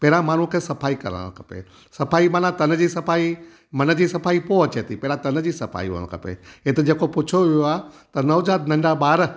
पहिरियां माण्हू खे सफ़ाई करणु खपे सफ़ाई माना तन जी सफ़ाई मन जी सफ़ाई पोइ अचे थी पहिरियां तन जी सफ़ाई हुअणु खपे हिते जेको पुछियो वियो आहे नवजात नंढा ॿार